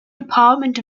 department